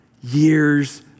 years